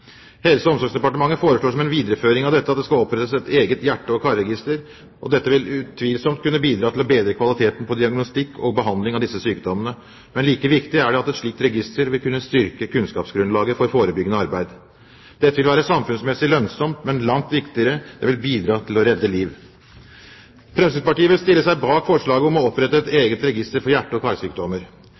Helse- og omsorgsdepartementet foreslår som en videreføring av dette at det skal opprettes et eget hjerte- og karregister. Dette vil utvilsomt kunne bidra til å bedre kvaliteten på diagnostikk og behandling av disse sykdommene, men like viktig er det at et slikt register vil kunne styrke kunnskapsgrunnlaget for forebyggende arbeid. Dette vil være samfunnsmessig lønnsomt, men langt viktigere: Det vil bidra til å redde liv. Fremskrittspartiet vil stille seg bak forslaget om å opprette et eget register for hjerte- og